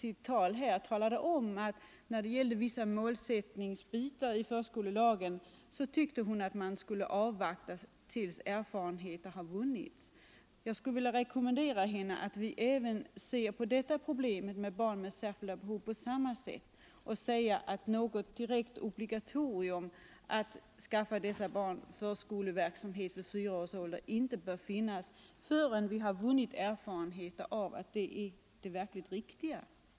I fråga om vissa målsättningar i förskolelagen ansåg fröken Andersson att man borde avvakta tills erfarenheter hade vunnits, och jag skulle vilja rekommendera henne att även se på här diskuterade problem på samma sätt. Något direkt obligatorium bör inte finnas förrän vi har vunnit erfarenheter av vad som är det verkligt riktiga för dessa barn.